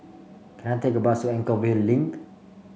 can I take a bus to Anchorvale Link